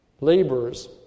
laborers